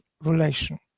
relation